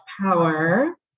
power